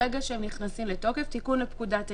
ברגע שהם נכנסים לתוקף תיקון לפקודת העיריות,